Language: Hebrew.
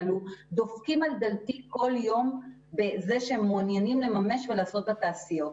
עלו דופקים על דלתי כל יום בכך שהם מעוניינים לממש ולעשות בתעשיות,